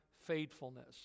faithfulness